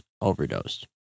overdosed